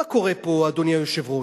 מה קורה פה, אדוני היושב-ראש?